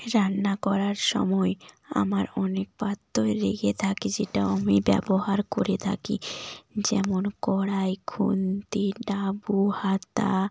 রান্না করার সময় আমার অনেক পাত্রই লেগে থাকে যেটা আমি ব্যবহার করে থাকি যেমন কড়াই খুন্তি ডাবু হাতা